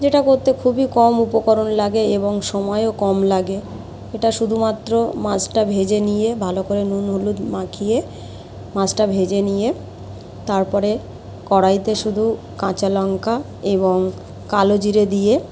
যেটা করতে খুবই কম উপকরণ লাগে এবং সময়ও কম লাগে এটা শুধুমাত্র মাছটা ভেজে নিয়ে ভালো করে নুন হলুদ মাখিয়ে মাছটা ভেজে নিয়ে তারপরে কড়াইয়তে শুধু কাঁচা লঙ্কা এবং কালো জিরে দিয়ে